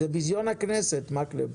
זה ביזיון הכנסת, מקלב.